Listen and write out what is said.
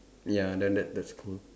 ya then that that's cool